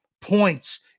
points